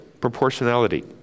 Proportionality